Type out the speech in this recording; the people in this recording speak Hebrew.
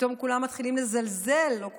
פתאום כולם מתחילים לזלזל, לא כולם,